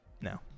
No